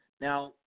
Now